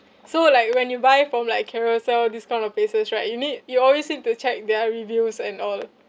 so like when you buy from like carousell these kind of places right you need you always need to check their reviews and all